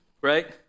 right